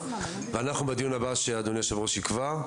ובדיון הבא שאדוני היושב-ראש יקבע,